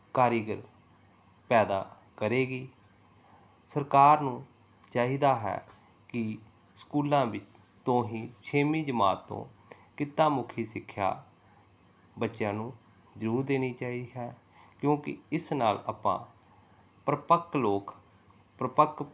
ਕਾਰੀਗਰ ਪੈਦਾ ਕਰੇਗੀ ਸਰਕਾਰ ਨੂੰ ਚਾਹੀਦਾ ਹੈ ਕਿ ਸਕੂਲਾਂ ਵਿੱਚ ਤੋਂ ਹੀ ਛੇਵੀਂ ਜਮਾਤ ਤੋਂ ਕਿੱਤਾ ਮੁਖੀ ਸਿੱਖਿਆ ਬੱਚਿਆਂ ਨੂੰ ਜ਼ਰੂਰ ਦੇਣੀ ਚਾਹੀਦੀ ਹੈ ਕਿਉਂਕਿ ਇਸ ਨਾਲ ਆਪਾਂ ਪਰਿਪੱਕ ਲੋਕ ਪਰਿਪੱਕ